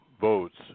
votes